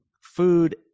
food